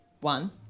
one